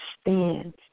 Stand